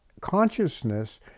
consciousness